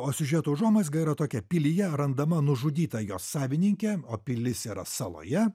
o siužeto užuomazga yra tokia pilyje randama nužudyta jos savininkė o pilis yra saloje